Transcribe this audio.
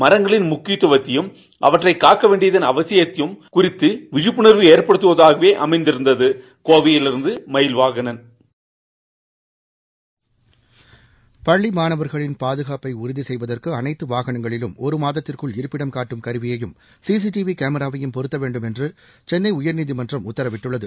மாங்களின் மக்கியத்தவத்தையும் அவற்றை காக்க வேண்டியதள் அவசியம் குறித்தம் விழிப்புணர்வு எற்படுத்தவதாகவே அமைந்திருந்தது கோவையிலிருந்து மயில்வாகணன் பள்ளி மாணவர்களின் பாதுகாப்பை உறுதி செய்வதற்கு அனைத்து வாகனங்களிலும் ஒரு மாதத்திற்குள் இருப்பிடம் காட்டும் கருவியையும் சிசிடிவி கோராவையும் பொருத்த வேண்டும் என்று சென்னை உயர்நீதிமன்றம் உத்தரவிட்டுள்ளது